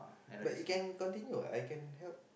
but it can continue I can help